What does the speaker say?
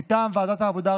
מטעם ועדת העבודה,